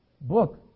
book